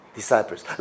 disciples